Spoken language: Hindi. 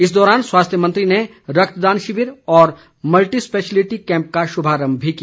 इस दौरान स्वास्थ्य मंत्री ने रक्तदान शिविर और मल्टीस्पेशिलिटी कैम्प का शुभारम्भ किया